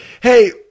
Hey